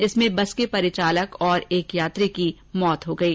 इसमें बस के परिचालक और एक यात्री की मौत हो गयी